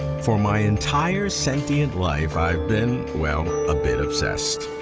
for my entire sentient life i've been, well, a bit obsessed.